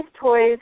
toys